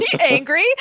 angry